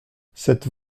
cette